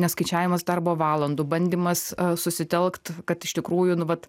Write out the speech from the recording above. neskaičiavimas darbo valandų bandymas susitelkt kad iš tikrųjų nu vat